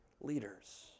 leaders